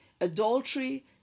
adultery